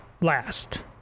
last